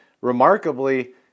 remarkably